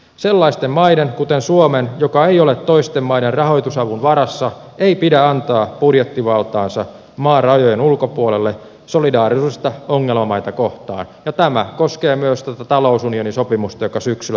sellaisten maiden kuten suomeen joka ei ole toisten maiden rahoitusavun varassa ei pidä antaa budjettivaltaansa maan rajojen ulkopuolelle solidaarisuudesta ongelmamaita kohtaan ja tämä koskee myös talousunionisopimustakasyksillä